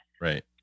Right